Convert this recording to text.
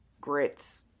grits